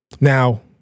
Now